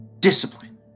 discipline